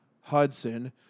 Hudson